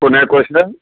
কোনে কৈছিলে